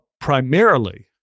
primarily